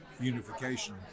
unification